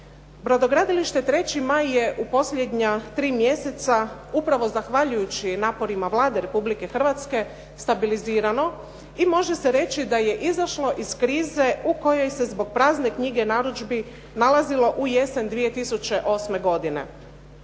Brodogradilište "3. maj" je u posljednja 3 mjeseca upravo zahvaljujući naporima Vlade Republike Hrvatske stabilizirano i može se reći da je izašlo iz krize u kojoj se zbog prazne knjige narudžbi nalazilo u jesen 2008. godine.